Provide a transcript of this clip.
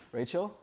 Rachel